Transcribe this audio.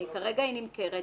כרגע היא נמכרת.